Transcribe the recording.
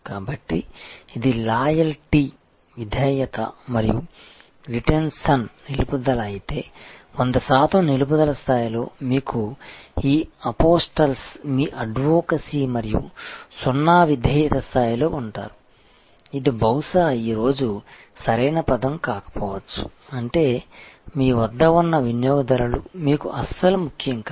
కాబట్టి ఇది లాయల్టీ విధేయత మరియు రిటెన్షన్ నిలుపుదల అయితే 100 శాతం నిలుపుదల స్థాయిలో మీకు ఈ అపోస్టల్స్ మీ అడ్వొకేసీ మరియు సున్నా విధేయత స్థాయిలో ఉంటారు ఇది బహుశా ఈరోజు సరైన పదం కాకపోవచ్చు అంటే మీ వద్ద ఉన్న వినియోగదారులు మీకు అస్సలు ముఖ్యం కాదు